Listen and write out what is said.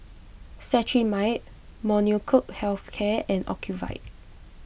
Cetrimide Molnylcoke Health Care and Ocuvite